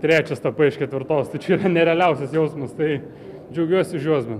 trečias tapai iš ketvirtos tai čia yra nerealiausias jausmas tai džiaugiuos už juos bent